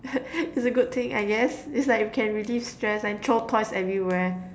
it's a good thing I guess it's like we can relief stress and throw toys everywhere